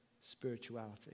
spirituality